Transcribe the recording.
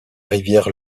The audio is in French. rivière